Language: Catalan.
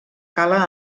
cala